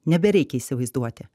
nebereikia įsivaizduoti